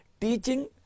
teaching